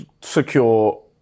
secure